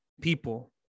people